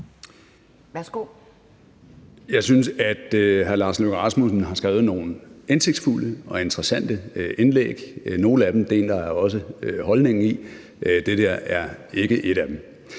Jeg synes, hr. Lars Løkke Rasmussen har skrevet nogle indsigtsfulde og interessante indlæg – nogle af dem deler jeg også holdningen i, men det der er ikke et af dem.